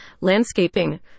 landscaping